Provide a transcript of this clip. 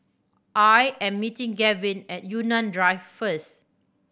I am meeting Gavyn at Yunnan Drive first